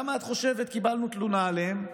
כמה את חושבת קיבלנו תלונה עליהם?